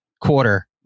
quarter